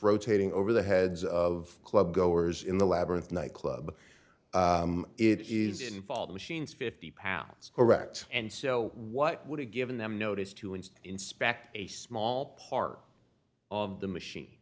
rotating over the heads of club goers in the labyrinth night club it is involved machines fifty pounds correct and so what would have given them notice to and inspect a small part of the machine